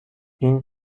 این